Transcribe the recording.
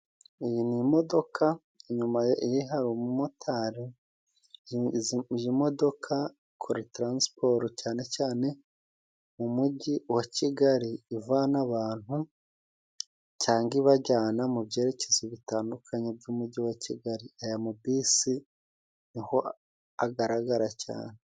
Iyi ni imodoka inyuma ye hari umumotari ,iyi modoka ikora taransiporo cyane cyane mu mujyi wa Kigali, ivana abantu cyangwa ibajyana mu byerekezo bitandukanye by'umujyi wa Kigali, aya mabisi niho agaragara cyane.